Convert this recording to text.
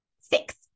Six